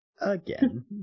again